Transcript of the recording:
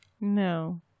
no